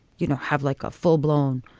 you know, have like a full blown.